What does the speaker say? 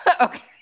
okay